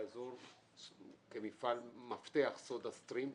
כמפעל מפתח, סודה סטרים.